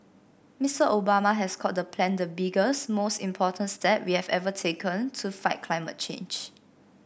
Mister Obama has called the plan the biggest most important step we've ever taken to fight climate change